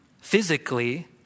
Physically